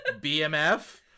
BMF